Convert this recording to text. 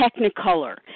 technicolor